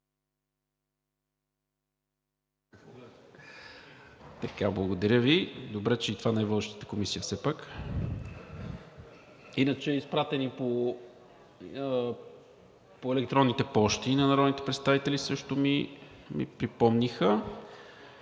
Петров.) Добре, че и това не е водещата Комисия все пак. Иначе е изпратен по електронните пощи на народните представители, също ми припомниха,